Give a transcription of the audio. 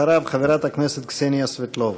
אחריו, חברת הכנסת קסניה סבטלובה.